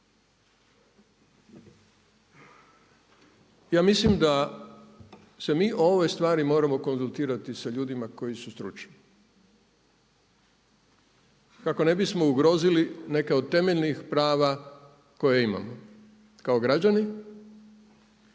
Ja mislim da se mi o ovoj stvari moramo konzultirati sa ljudima koji su stručni kako ne bismo ugrozili neka od temeljnih prava koja imamo kao građani.